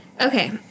Okay